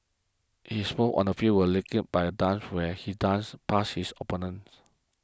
his move on the field were likened by a dance where he dance past his opponents